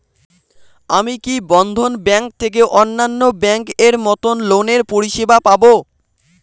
আমি কি বন্ধন ব্যাংক থেকে অন্যান্য ব্যাংক এর মতন লোনের পরিসেবা পাব?